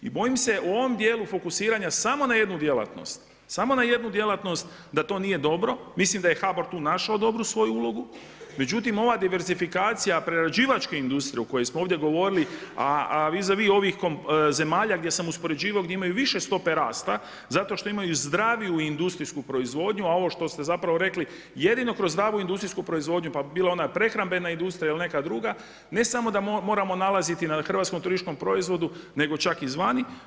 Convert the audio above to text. I bojim se u ovom djelu fokusiranja samo na jednu djelatnost, samo na jednu djelatnost da to nije dobro, mislim da je HBOR tu našao dobro tu svoju ulogu međutim ova diversifikacija prerađivačke industrije o kojoj smo ovdje govorili a vis a vis ovih zemalja gdje sam uspoređivao gdje imaju više stope rasta zato što imaju zdraviju industrijsku proizvodnju a ovo što ste zapravo rekli, jedino kroz industrijsku proizvodnju pa bila ona prehrambena industrija ili neka druga, ne samo da moramo nalaziti na hrvatskom tržišnom proizvodu, nego čak izvana.